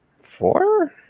Four